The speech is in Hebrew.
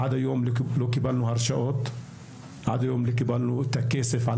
ועד היום לא קיבלנו הרשאות; לא קיבלנו את הכסף על